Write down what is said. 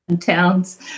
towns